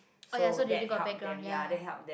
oh ya so they already got a background ya